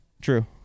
True